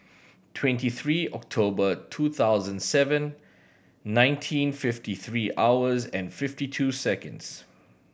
twenty three October two thousand seven nineteen fifty three hours and fifty two seconds